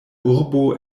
urbo